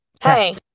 Hey